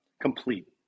Complete